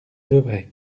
devait